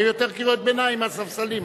יהיו יותר קריאות ביניים מהספסלים.